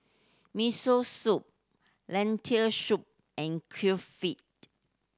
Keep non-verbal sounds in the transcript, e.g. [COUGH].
Miso Soup Lentil Soup and [UNINTELLIGIBLE]